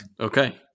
Okay